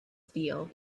steel